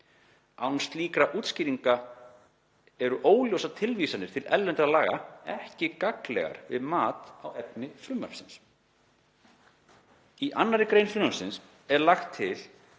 Án slíkra útskýringa eru óljósar tilvísanir til erlendra laga ekki gagnlegar við mat á efni frumvarpsins. […] Í 2. gr. frumvarpsins er lagt til